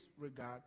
regard